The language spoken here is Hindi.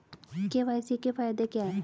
के.वाई.सी के फायदे क्या है?